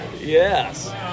Yes